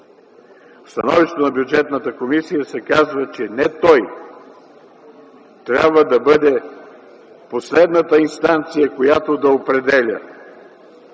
В становището на Бюджетната комисия се казва, че не той трябва да бъде последната инстанция, която да определя